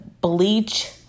bleach